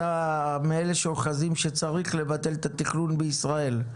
אתה מאלה שאוחזים שצריך לבטל את התכנון בישראל,